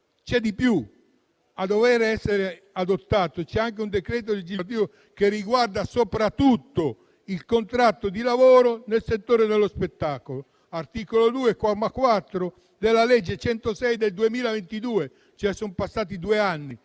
C'è di più: a dover essere adottato c'è anche un decreto legislativo che riguarda soprattutto il contratto di lavoro nel settore dello spettacolo (articolo 2, comma 4, della legge n. 106 del 2022): sono passati due anni,